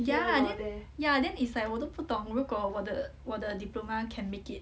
ya then ya then it's like 我都不懂如果我的我的 diploma can make it